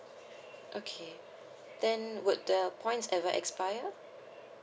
okay then would the points ever expire